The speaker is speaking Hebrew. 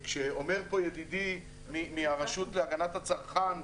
כשאומר פה ידידי מהמועצה לצרכנות ש